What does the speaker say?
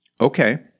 Okay